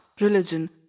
religion